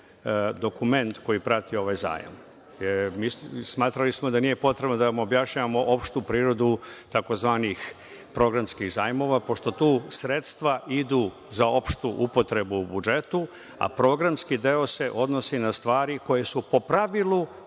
dokument koji prati ovaj zajam. Smatrali smo da nije potrebno da vam objašnjavamo opštu prirodu takozvanih programskih zajmova, pošto tu sredstva idu za opštu upotrebu u budžetu, a programski deo se odnosi na stvari koje su po pravilu